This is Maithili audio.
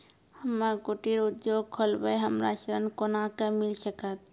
हम्मे कुटीर उद्योग खोलबै हमरा ऋण कोना के मिल सकत?